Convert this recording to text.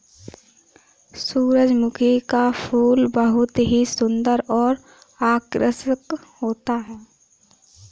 सुरजमुखी का फूल बहुत ही सुन्दर और आकर्षक होता है